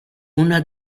una